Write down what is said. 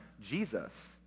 Jesus